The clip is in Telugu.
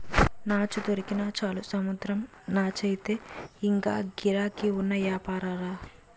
నాచు దొరికినా చాలు సముద్రం నాచయితే ఇంగా గిరాకీ ఉన్న యాపారంరా